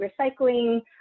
recycling